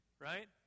right